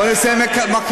בואו נעשה מקהלה.